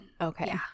Okay